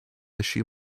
issue